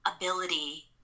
ability